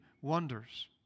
wonders